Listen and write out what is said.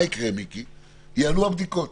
מה יקרה,